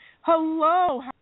Hello